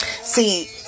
See